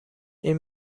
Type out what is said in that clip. این